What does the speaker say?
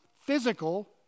physical